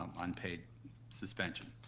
um unpaid suspension.